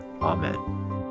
Amen